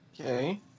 Okay